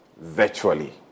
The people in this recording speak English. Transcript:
virtually